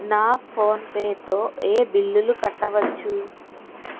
నా ఫోన్పేతో ఏ బిల్లులు కట్టవచ్చు